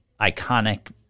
iconic